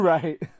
Right